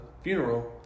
Funeral